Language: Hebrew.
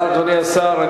אדוני השר.